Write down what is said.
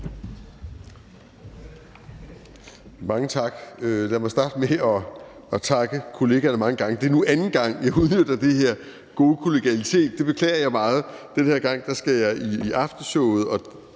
Mange tak. Lad mig starte med at takke kollegaerne mange gange. Det er nu anden gang, jeg udnytter den her gode kollegialitet, og det beklager jeg meget, men den her gang skal jeg i Aftenshowet, og